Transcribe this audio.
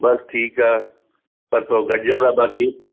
बसि ठीकु आहे परसो गॾिजूं था बाक़ी